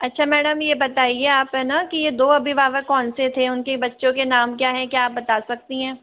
अच्छा मैडम ये बताइये आप है ना ये दो अभिभावक कौन से थे उनके बच्चों के नाम क्या हैं क्या आप बता सकती है